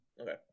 Okay